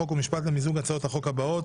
חוק ומשפט למיזוג הצעות החוק הבאות: